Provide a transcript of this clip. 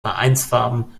vereinsfarben